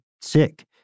sick